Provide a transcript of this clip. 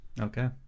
Okay